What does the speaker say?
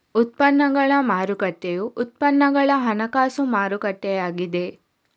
ಉತ್ಪನ್ನಗಳ ಮಾರುಕಟ್ಟೆಯು ಉತ್ಪನ್ನಗಳ ಹಣಕಾಸು ಮಾರುಕಟ್ಟೆಯಾಗಿದೆ